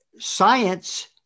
Science